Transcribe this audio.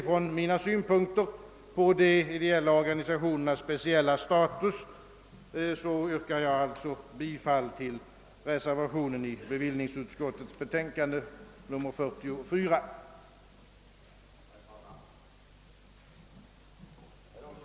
Från mina synpunkter på de ideella organisationernas speciella status ber jag att få yrka bifall till den vid bevillningsutskottets betänkande nr 44 fogade reservationen.